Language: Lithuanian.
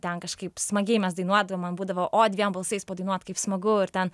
ten kažkaip smagiai mes dainuodavom man būdavo o dviem balsais padainuot kaip smagu ir ten